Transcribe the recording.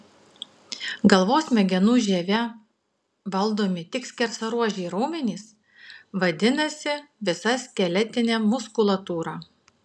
galvos smegenų žieve valdomi tik skersaruožiai raumenys vadinasi visa skeletinė muskulatūra